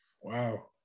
Wow